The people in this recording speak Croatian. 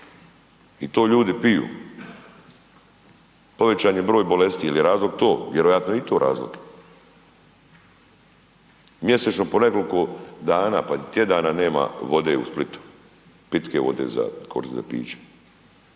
u Jadro. Povećan je broj bolesti jer je razlog to, vjerojatno je i to razlog. Mjesečno po nekoliko dana pa i tjedana nema vode u Splitu. Pitke vode za koristit za piće.